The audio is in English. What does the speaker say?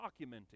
documenting